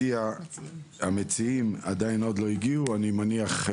המציעים טרם הגיעו אני מניח,